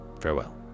farewell